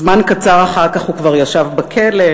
זמן קצר אחר כך הוא כבר ישב בכלא,